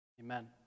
Amen